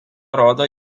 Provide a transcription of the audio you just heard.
rodo